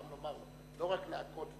גם לומר לו, לא רק להקהות את